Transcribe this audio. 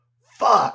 fuck